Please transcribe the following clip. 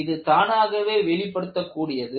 இது தானாகவே வெளிப்படுத்தக் கூடியது